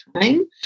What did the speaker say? time